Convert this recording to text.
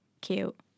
cute